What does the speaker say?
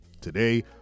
today